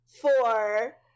Four